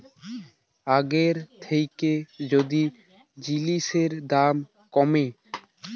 আগের থ্যাইকে যদি জিলিসের দাম ক্যমে